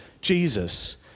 Jesus